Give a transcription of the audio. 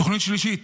תוכנית שלישית,